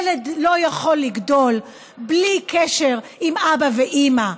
ילד לא יכול לגדול בלי קשר עם אבא ואימא.